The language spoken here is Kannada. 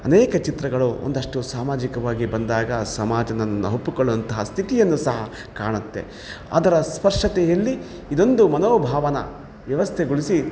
ಅನೇಕ ಚಿತ್ರಗಳು ಒಂದಷ್ಟು ಸಾಮಾಜಿಕವಾಗಿ ಬಂದಾಗ ಸಮಾಜ ನನ್ನನ್ನು ಒಪ್ಪುಕೊಳ್ಳುವಂತಹ ಸ್ಥಿತಿಯನ್ನು ಸಹ ಕಾಣತ್ತೆ ಅದರ ಸ್ಪರ್ಶತೆಯಲ್ಲಿ ಇದೊಂದು ಮನೋಭಾವನೆ ವ್ಯವಸ್ಥೆಗೊಳಿಸಿ